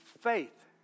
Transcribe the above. Faith